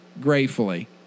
gratefully